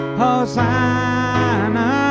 Hosanna